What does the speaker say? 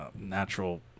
natural